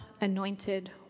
anointed